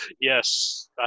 Yes